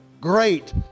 great